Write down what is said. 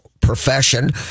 profession